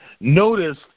Notice